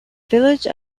village